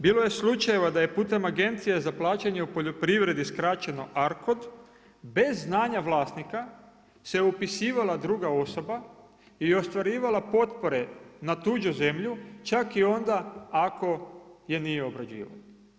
Bilo je slučajeva da je putem Agencije za plaćanje u poljoprivredi skraćeno ARKOD, bez znanja vlasnika se upisivala druga osoba i ostvarivala potpore na tuđu zemlju čak i onda ako je nije obrađivala.